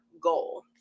goal